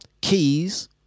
Keys